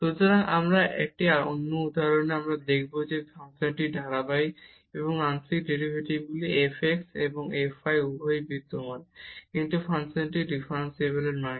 সুতরাং এটি একটি উদাহরণ আমরা দেখাব যে এই ফাংশনটি ধারাবাহিক এবং আংশিক ডেরিভেটিভগুলি f x এবং f y উভয়ই বিদ্যমান কিন্তু ফাংশনটি ডিফারেনসিবল নয়